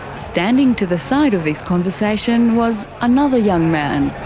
standing to the side of this conversation was another young man.